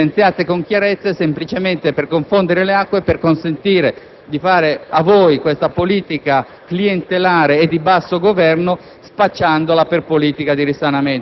nuove entrate non vengono evidenziate con chiarezza è esclusivamente quello di confondere le acque e consentirvi di portare avanti questa politica clientelare e di basso governo